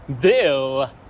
deal